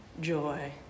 joy